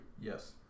Yes